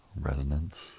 resonance